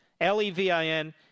L-E-V-I-N